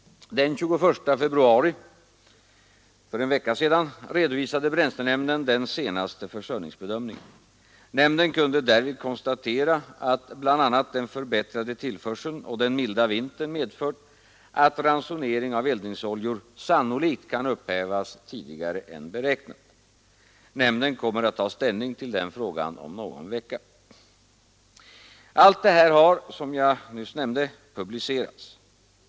Den 21 februari — för en vecka sedan — redovisade bränslenämnden den senaste försörjningsbedömningen. Nämnden kunde därvid konstatera att bl.a. den förbättrade tillförseln och den milda vintern medför att ransoneringen av eldningsoljor sannolikt kan upphävas tidigare än beräknat. Nämnden kommer att ta ställning till denna fråga om någon vecka. Allt detta har, som jag nyss nämnde, publicerats.